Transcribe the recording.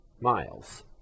miles